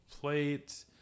plate